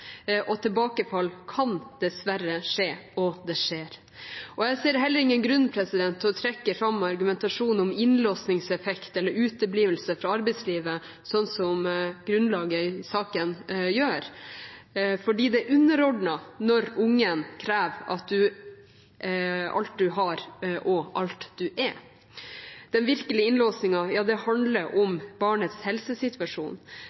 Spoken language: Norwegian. og tilbakefall kan dessverre skje – og det skjer. Jeg ser heller ingen grunn til å trekke fram argumentasjon om innlåsingseffekt eller uteblivelse fra arbeidslivet, slik man i grunnlaget for saken gjør, for det er underordnet når barnet krever alt du har, og alt du er. Den virkelige